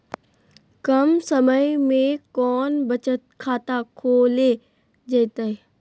कम समय में कौन बचत खाता खोले जयते?